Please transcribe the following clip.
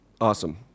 Awesome